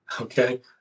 Okay